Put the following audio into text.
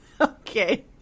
Okay